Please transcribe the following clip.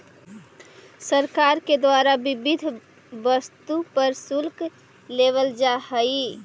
सरकार के द्वारा विविध वस्तु पर शुल्क लेवल जा हई